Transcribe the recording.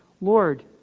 Lord